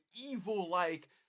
evil-like